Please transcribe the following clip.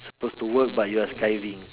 supposed to work but you're skiving